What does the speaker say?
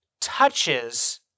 touches